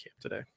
today